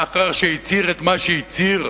לאחר שהצהיר את מה שהצהיר,